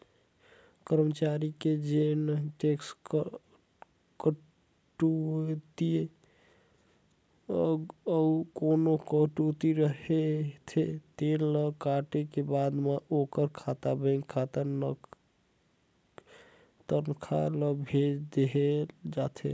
करमचारी के जेन टेक्स कटउतीए अउ कोना कटउती रहिथे तेन ल काटे के बाद म ओखर खाता बेंक खाता तनखा ल भेज देहल जाथे